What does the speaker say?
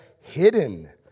hidden